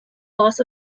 loss